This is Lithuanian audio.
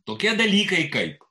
tokie dalykai kaip